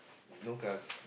no cars